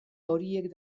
horiek